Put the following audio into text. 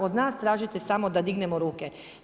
Od nas tražite samo da dignemo ruke.